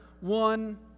one